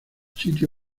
sitio